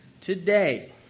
Today